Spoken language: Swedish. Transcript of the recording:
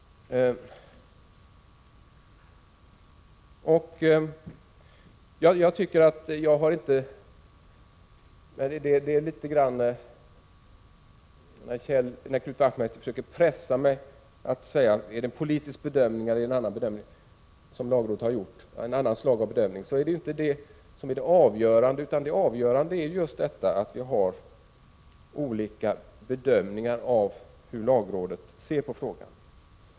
Knut Wachtmeister försökte pressa mig till att uttala mig om huruvida lagrådet gjort en politisk bedömning eller något annat slags bedömning. Men det är inte det avgörande, utan det avgörande är att vi gör olika bedömningar av lagrådets yttrande.